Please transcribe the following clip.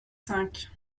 cinq